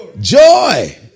joy